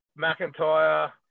McIntyre